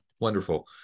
wonderful